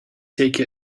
take